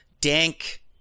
dank